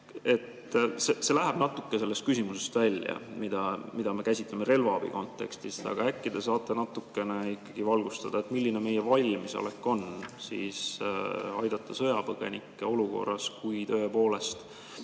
See läheb natuke sellest küsimusest välja, mida me käsitleme relvaabi kontekstis, aga äkki te saate natukene ikkagi valgustada, milline on meie valmisolek aidata sõjapõgenikke olukorras, kui tõepoolest